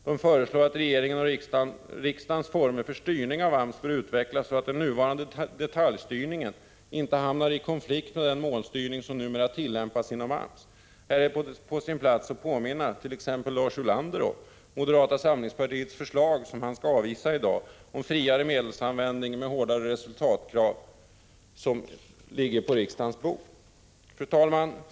De föreslår att regeringens och riksdagens former för styrning av AMS bör utvecklas, så att den nuvarande detaljstyrningen inte hamnar i konflikt med den målstyrning som numera tillämpas inom AMS. Här är det på sin plats att påminna t.ex. Lars Ulander om moderata samlingspartiets förslag om friare medelsanvändning med hårdare resultatkrav som ligger på riksdagens bord och som han kommer att avvisa i dag. Fru talman!